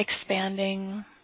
expanding